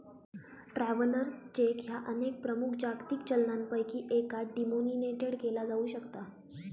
travellers cheque ह्या अनेक प्रमुख जागतिक चलनांपैकी एकात डिनोमिनेटेड केला जाऊ शकता